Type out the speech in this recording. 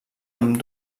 amb